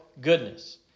goodness